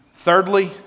Thirdly